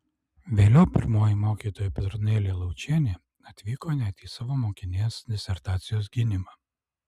vėliau pirmoji mokytoja petronėlė laučienė atvyko net į savo mokinės disertacijos gynimą